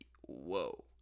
whoa